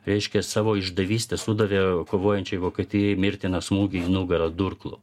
reiškia savo išdavyste sudavė kovojančiai vokietijai mirtiną smūgį į nugarą durklu